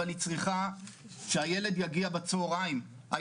אבל היא צריכה שהילד יגיע בצהריים,